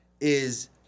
Is-